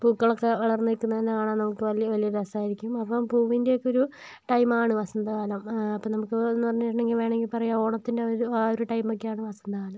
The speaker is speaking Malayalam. പൂക്കളൊക്കെ വളർന്ന് നിൽക്കുന്നത് തന്നെ കാണാൻ നമുക്ക് വലിയ വലിയ രസമായിരിക്കും അപ്പം പൂവിൻറ്റേയൊക്കെ ഒരു ടൈം ആണ് വസന്തകാലം അപ്പം നമുക്ക് എന്ന് പറഞ്ഞിട്ടുണ്ടെങ്കിൽ വേണമെങ്കിൽ പറയാം ഓണത്തിൻറ്റെ ഒരു ആ ഒരു ടൈം ഒക്കെ ആണ് വസന്തകാലം